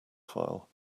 file